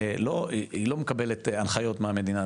היא לא מקבלת הנחיות מהמדינה,